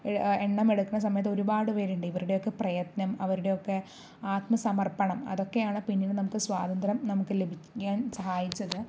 എണ്ണമെടുക്കുന്ന സമയത് ഒരുപാട് പേരുണ്ട് ഇവരുടെ ഒക്കെ പ്രയത്നം അവരുടെ ഒക്കെ ആത്മ സമർപ്പണം അതൊക്കെയാണ് പിന്നീട് നമുക്ക് സ്വാതന്ത്ര്യം നമുക്ക് ലഭിക്കാൻ സഹായിച്ചത്